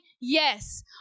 yes